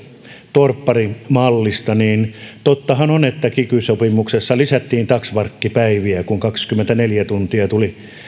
torpparimallista niin tottahan on että kiky sopimuksessa lisättiin taksvärkkipäiviä kun kaksikymmentäneljä tuntia tuli